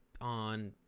on